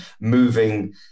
moving